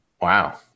Wow